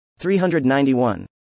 391